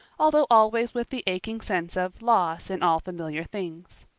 although always with the aching sense of loss in all familiar things.